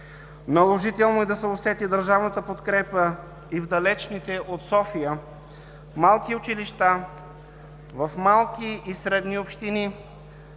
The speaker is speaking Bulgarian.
Наложително е да се усети държавната подкрепа и в далечните от София малки училища, в малки и средни общини,